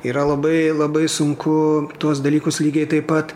yra labai labai sunku tuos dalykus lygiai taip pat